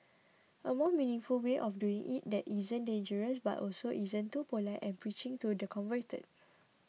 a more meaningful way of doing it that isn't dangerous but also isn't too polite and preaching to the converted